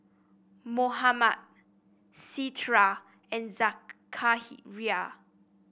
Muhammad Citra and Zakaria